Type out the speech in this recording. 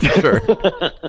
Sure